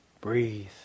Breathe